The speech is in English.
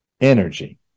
Energy